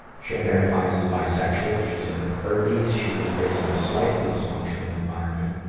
she identifies as bisexual. she's in her thirty s. she was raised in a slightly dysfunctional environment.